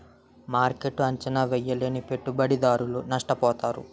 మార్కెట్ను అంచనా వేయలేని పెట్టుబడిదారులు నష్టపోతారు